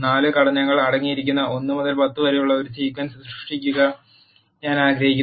4 ഘടകങ്ങൾ അടങ്ങിയിരിക്കുന്ന 1 മുതൽ 10 വരെ ഒരു സീക്വൻസ് സൃഷ്ടിക്കാൻ ഞാൻ ആഗ്രഹിക്കുന്നു